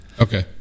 okay